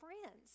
friends